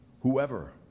Whoever